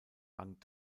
rang